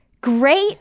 Great